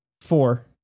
Four